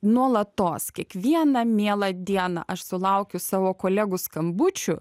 nuolatos kiekvieną mielą dieną aš sulaukiu savo kolegų skambučių